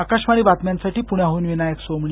आकाशवाणी बातम्यांसाठी पुण्याहून विनायक सोमणी